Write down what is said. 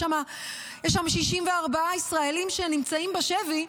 יש שם 64 ישראלים שנמצאים בשבי.